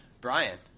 Brian